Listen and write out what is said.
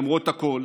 למרות הכול,